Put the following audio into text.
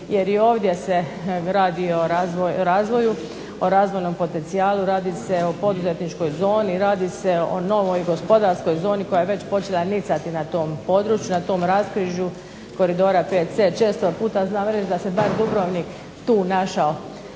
jer i ovdje se radi o razvoju, o razvojnom potencijalu, radi se o poduzetničkoj zoni, radi se o novoj gospodarskoj zoni koja je već počela nicati na tom području, na tom raskrižju koridora VC, često puta znam reći da se bar Dubrovnik tu našao